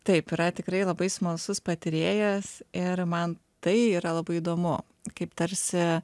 taip yra tikrai labai smalsus patarėjas ir man tai yra labai įdomu kaip tarsi